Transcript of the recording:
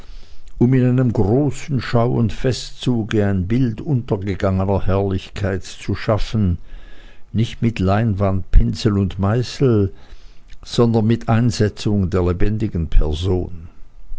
um in einem großen schau und festzuge ein bild untergegangener herrlichkeit zu schaden nicht mit leinwand pinsel und meißel sondern mit einsetzung der lebendigen person